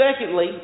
Secondly